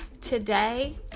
today